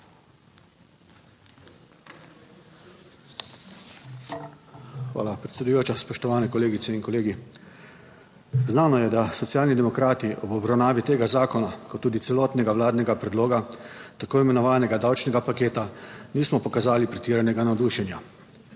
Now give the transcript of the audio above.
Hvala, predsedujoča. Spoštovane kolegice in kolegi! Znano je, da Socialni demokrati ob obravnavi tega zakona, kot tudi celotnega vladnega predloga, tako imenovanega davčnega paketa, nismo pokazali pretiranega navdušenja.